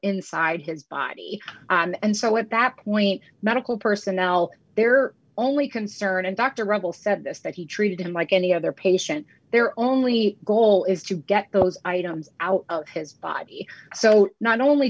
inside his body and so at that point medical personnel their only concern and dr rebel said this that he treated him like any other patient their only goal is to get those items out of his body so not only